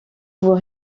vaut